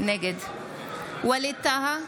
נגד ווליד טאהא,